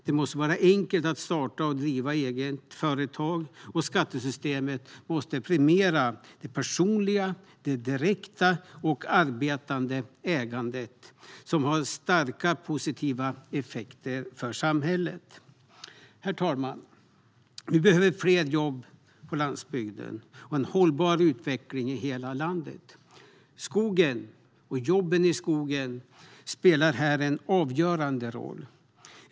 Det måste vara enkelt att starta och driva eget företag, och skattesystemet måste premiera det personliga, direkta och arbetande ägandet, som har starka positiva effekter för samhället. Herr talman! Vi behöver fler jobb på landsbygden och en hållbar utveckling i hela landet. Skogen och jobben i skogen spelar här en avgörande roll.